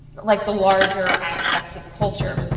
like the larger aspects of culture.